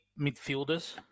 midfielders